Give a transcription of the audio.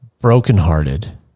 brokenhearted